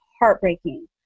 heartbreaking